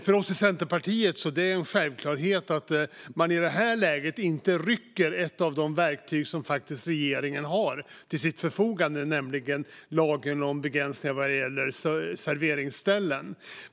För oss i Centerpartiet är det en självklarhet att man i det här läget inte rycker bort ett av de verktyg som regeringen har till sitt förfogande, nämligen lagen om begränsningar vad gäller serveringsställen.